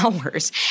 hours